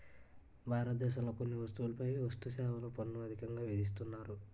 భారతదేశంలో కొన్ని వస్తువులపై వస్తుసేవల పన్ను అధికంగా విధిస్తున్నారు